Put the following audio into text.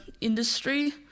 industry